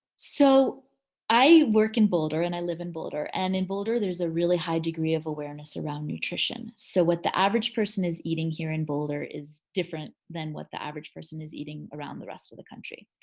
so i work in boulder and i live in boulder and in boulder, there's a really high degree of awareness around nutrition. so what the average person is eating here in boulder is different than what the average person is eating around the rest of the country.